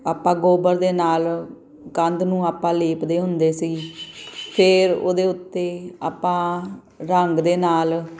ਆਪਾਂ ਗੋਬਰ ਦੇ ਨਾਲ ਕੰਧ ਨੂੰ ਆਪਾਂ ਲੇਪਦੇ ਹੁੰਦੇ ਸੀ ਫਿਰ ਉਹਦੇ ਉੱਤੇ ਆਪਾਂ ਰੰਗ ਦੇ ਨਾਲ